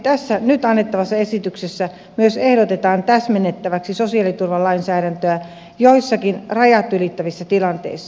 tässä nyt annettavassa esityksessä myös ehdotetaan täsmennettäväksi sosiaaliturvalainsäädäntöä joissakin rajat ylittävissä tilanteissa